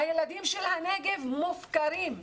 הילדים של הנגב מופקרים.